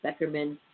Beckerman